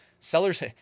Sellers